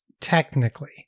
technically